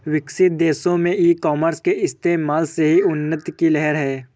विकसित देशों में ई कॉमर्स के इस्तेमाल से ही उन्नति की लहर है